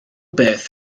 beth